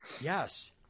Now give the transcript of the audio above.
Yes